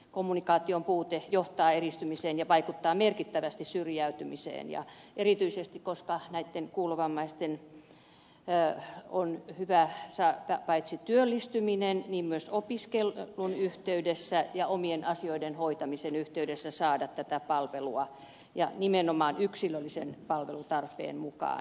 kommunikaation puute johtaa eristymiseen ja vaikuttaa merkittävästi syrjäytymiseen ja erityisesti kuulovammaisten on hyvä paitsi työllistymisen niin myös opiskelun yhteydessä ja omien asioiden hoitamisen yhteydessä saada tätä palvelua ja nimenomaan yksilöllisen palvelutarpeen mukaan